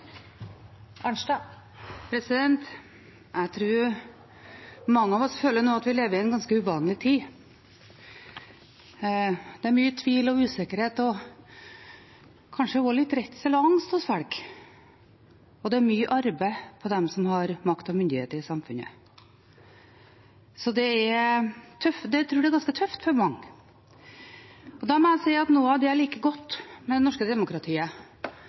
av koronaloven. Jeg tror mange av oss nå føler at vi lever i en ganske uvanlig tid. Det er mye tvil og usikkerhet og kanskje også litt redsel og angst hos folk, og det er mye arbeid på dem som har makt og myndighet i samfunnet. Jeg tror det er ganske tøft for mange. Noe av det jeg liker godt ved det norske demokratiet,